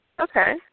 Okay